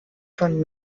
von